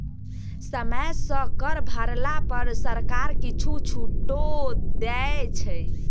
समय सँ कर भरला पर सरकार किछु छूटो दै छै